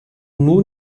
nur